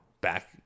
back